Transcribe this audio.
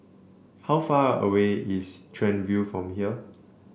how far away is Chuan View from here